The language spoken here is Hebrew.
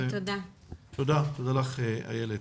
תודה לך, איילת.